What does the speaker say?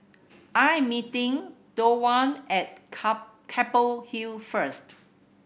I am meeting Thorwald at Keppel Hill first